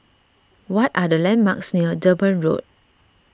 what are the landmarks near Durban Road